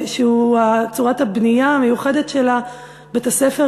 שהוא צורת הבנייה המיוחדת של בית-הספר